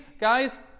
Guys